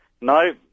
No